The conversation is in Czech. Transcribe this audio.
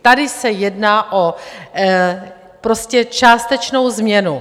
Tady se jedná prostě o částečnou změnu.